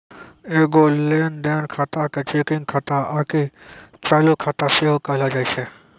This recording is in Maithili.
एगो लेन देन खाता के चेकिंग खाता आकि चालू खाता सेहो कहलो जाय छै